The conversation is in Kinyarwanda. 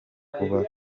kuba